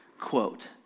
quote